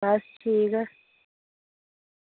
बस ठीक